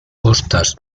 costas